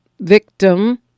victim